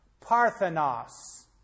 parthenos